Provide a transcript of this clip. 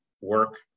work